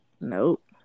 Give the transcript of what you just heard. Nope